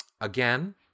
again